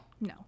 No